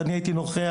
כשאני הייתי נוכח,